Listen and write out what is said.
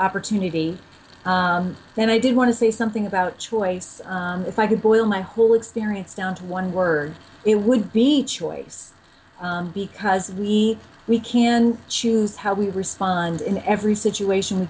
opportunity then i did want to say something about choice if i could boil my whole experience down to one word it would be choice because we we can choose how we respond in every situation